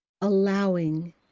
allowing